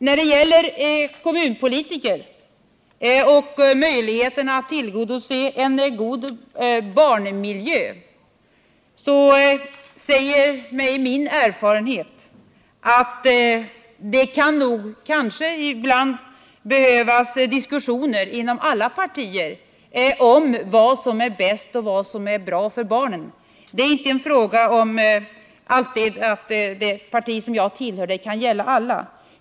När det gäller kommunpolitikernas möjligheter att tillgodose kravet på en god barnmiljö säger mig min erfarenhet att det kan tänkas att det ibland kan behövas diskussioner inom alla partier om vad som är bra och vad som är bäst för barnen. Det är inte alltid bara en fråga för det parti som jag tillhör, utan det kan gälla alla.